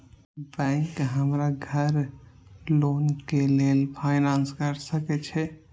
Bank हमरा घर loan के लेल फाईनांस कर सके छे?